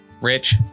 rich